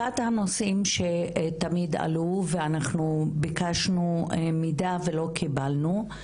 אחד הנושאים שתמיד עלו ואנחנו ביקשנו מידע ולא קיבלנו,